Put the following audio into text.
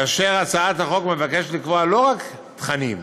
כאשר בהצעת החוק מוצע לקבוע לא רק תכנים,